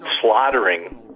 slaughtering